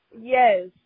Yes